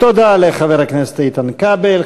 תודה לחבר הכנסת איתן כבל.